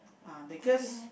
uh because